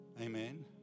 Amen